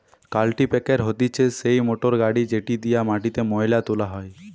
কাল্টিপ্যাকের হতিছে সেই মোটর গাড়ি যেটি দিয়া মাটিতে মোয়লা তোলা হয়